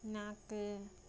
நாக்கு